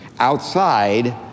Outside